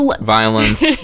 Violence